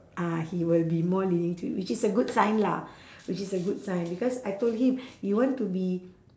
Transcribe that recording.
ah he will be more leaning to which is a good sign lah which is a good sign because I told him you want to be